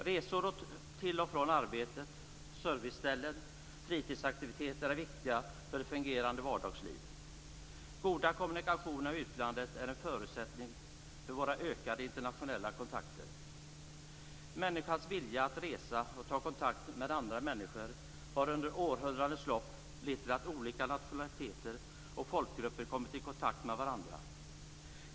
Resor till och från arbetet, serviceställen och fritidsaktiviteter är viktiga för ett fungerande vardagsliv. Goda kommunikationer med utlandet är en förutsättning för våra ökade internationella kontakter. Människans vilja att resa och ta kontakt med andra människor har under århundradens lopp lett till att olika nationaliteter och folkgrupper kommit i kontakt med varandra.